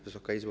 Wysoka Izbo!